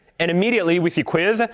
and immediately we see quiz.